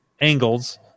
angles